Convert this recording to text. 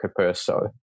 Caperso